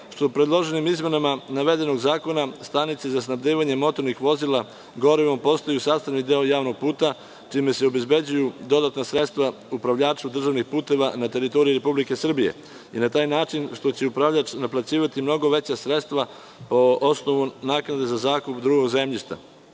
što u predloženim izmenama navedenog zakona stanice za snabdevanje motornih vozila gorivom postaju sastavni deo javnog puta, čime se obezbeđuju dodatna sredstva upravljaču državnih puteva na teritoriji Republike Srbije i na taj način što će upravljač naplaćivati mnogo veća sredstva po osnovu naknade za zakup drugog zemljišta,